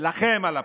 ולכם על הפנים.